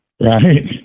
Right